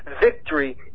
victory